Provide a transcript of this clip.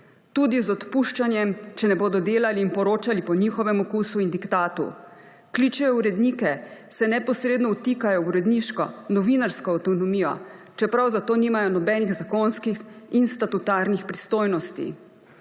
tudi z odpuščanjem, če ne bodo delali in poročali po njihovem okusu in diktatu, kličejo urednike, se neposredno vtikajo v uredniško, novinarsko avtonomijo, čeprav za to nimajo nobenih zakonskih in statutarnih pristojnosti.